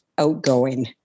Outgoing